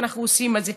ואנחנו עושים את זה,